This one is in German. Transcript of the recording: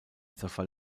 zerfall